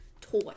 toy